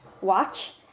Watch